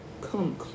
Come